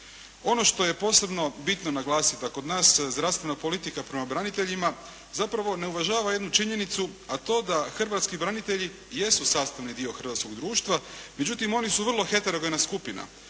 Ono što je posebno bitno naglasiti da kod nas se zdravstvena politika prema braniteljima zapravo ne uvažava jednu činjenicu, a to da hrvatski branitelji jesu sastavni dio hrvatskog društva, međutim oni su vrlo heterogena skupina